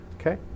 Okay